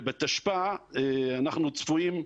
ובתשפ"א אנחנו צפויים,